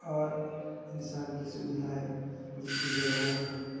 اور انسان کی سویدھائیں جس کی ضرورت ہو